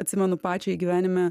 atsimenu pačiai gyvenime